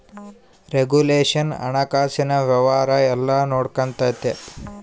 regulation ಹಣಕಾಸಿನ ವ್ಯವಹಾರ ಎಲ್ಲ ನೊಡ್ಕೆಂತತೆ